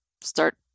start